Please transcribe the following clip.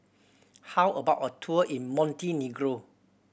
how about a tour in Montenegro